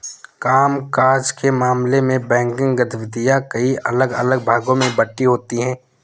काम काज के मामले में बैंकिंग गतिविधियां कई अलग अलग भागों में बंटी होती हैं